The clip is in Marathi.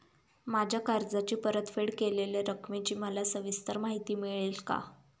माझ्या कर्जाची परतफेड केलेल्या रकमेची मला सविस्तर माहिती मिळेल का?